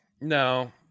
No